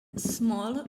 small